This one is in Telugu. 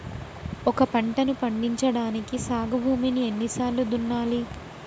ఒక పంటని పండించడానికి సాగు భూమిని ఎన్ని సార్లు దున్నాలి?